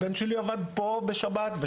ושהילדים שלהם עבדו בשבת פה ושם.